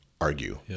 argue